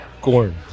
corn